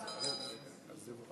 אז זה,